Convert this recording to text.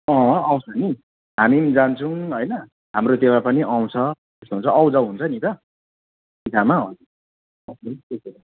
अँ आउँछ नि हामी नि जान्छौँ होइन हाम्रोतिर पनि आउँछ त्यस्तो हुन्छ आउजाउ हुन्छ नि त टिकामा